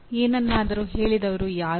ಏನನ್ನಾದರೂ ಹೇಳಿದವರು ಯಾರು